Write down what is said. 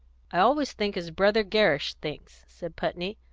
i always think as brother gerrish thinks, said putney.